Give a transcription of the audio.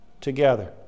together